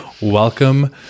welcome